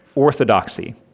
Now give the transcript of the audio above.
orthodoxy